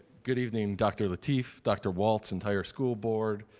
good evening, dr. lateef, dr. walt, entire school board,